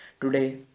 Today